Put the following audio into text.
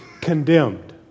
condemned